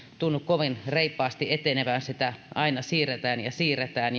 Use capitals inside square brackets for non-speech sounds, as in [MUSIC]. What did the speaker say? tunnu kovin reippaasti etenevän sitä aina siirretään ja siirretään [UNINTELLIGIBLE]